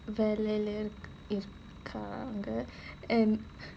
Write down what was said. வேற:vera line ah இருக்காங்க:irukkaanga and